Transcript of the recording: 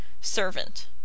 servant